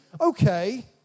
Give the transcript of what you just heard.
okay